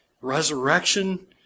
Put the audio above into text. resurrection